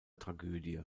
tragödie